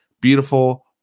beautiful